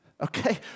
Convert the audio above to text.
okay